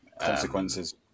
Consequences